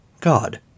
God